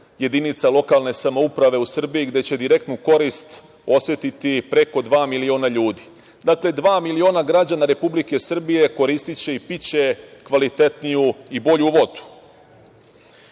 jedinica lokalne samouprave u Srbiji, gde će direktnu korist osetiti preko dva miliona ljudi. Dakle, dva miliona građana Republike Srbije koristiće i piće kvalitetniju i bolju